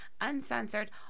uncensored